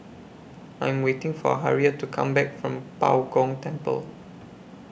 I Am waiting For Harriet to Come Back from Bao Gong Temple